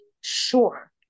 Sure